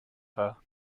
her